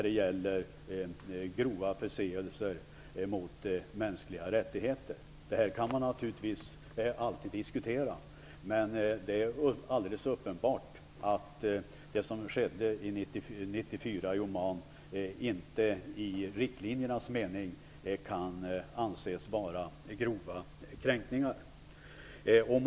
Det gäller grova förseelser mot mänskliga rättigheter. Detta kan naturligtvis alltid diskuteras. Men det är alldeles uppenbart att det som skedde 1994 i Oman inte kan anses vara grova kränkningar i riktlinjernas mening.